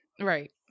Right